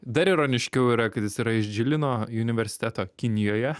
dar ironiškiau yra kad jis yra iš džilino universiteto kinijoje